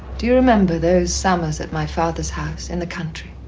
do you remember those summers at my father's house in the country?